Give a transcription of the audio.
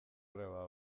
greba